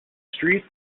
streets